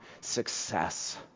success